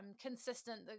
consistent